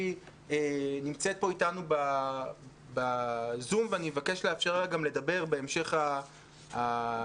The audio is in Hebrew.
שנמצאת איתנו בזום ואבקש לאפשר לה לדבר בהמשך הישיבה.